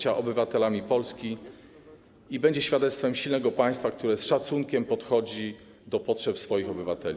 z bycia obywatelami Polski i będzie świadectwem silnego państwa, które z szacunkiem podchodzi do potrzeb swoich obywateli.